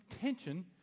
tension